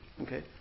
okay